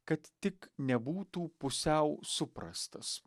kad tik nebūtų pusiau suprastas